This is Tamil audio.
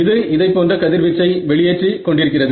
இது இதைப்போன்ற கதிர்வீச்சை வெளியேற்றி கொண்டிருக்கிறது